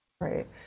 Right